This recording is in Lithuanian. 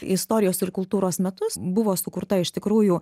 istorijos ir kultūros metus buvo sukurta iš tikrųjų